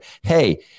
Hey